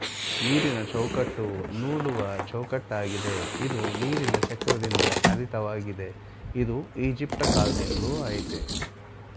ನೀರಿನಚೌಕಟ್ಟು ನೂಲುವಚೌಕಟ್ಟಾಗಿದೆ ಇದು ನೀರಿನಚಕ್ರದಿಂದಚಾಲಿತವಾಗಿದೆ ಇದು ಈಜಿಪ್ಟಕಾಲ್ದಿಂದಲೂ ಆಯ್ತೇ